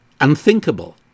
unthinkable